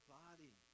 body